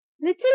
Little